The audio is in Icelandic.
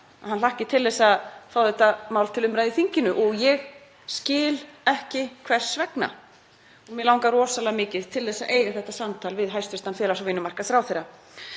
að hann hlakki til að fá þetta mál til umræðu í þinginu. Ég skil ekki hvers vegna og mig langar rosalega mikið til að eiga þetta samtal við hæstv. félags- og vinnumarkaðsráðherra.